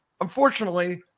Unfortunately